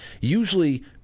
Usually